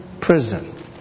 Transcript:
prison